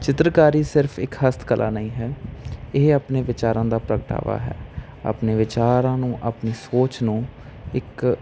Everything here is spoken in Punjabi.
ਚਿੱਤਰਕਾਰੀ ਸਿਰਫ਼ ਇੱਕ ਹਸਤ ਕਲਾ ਨਹੀਂ ਹੈ ਇਹ ਆਪਣੇ ਵਿਚਾਰਾਂ ਦਾ ਪ੍ਰਗਟਾਵਾ ਹੈ ਆਪਣੇ ਵਿਚਾਰਾਂ ਨੂੰ ਆਪਣੀ ਸੋਚ ਨੂੰ ਇੱਕ